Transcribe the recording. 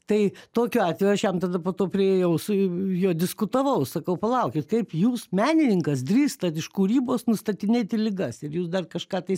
tai tokiu atveju aš jam tada po to priėjau su juo diskutavau sakau palaukit kaip jūs menininkas drįstat iš kūrybos nustatinėti ligas ir jūs dar kažką tai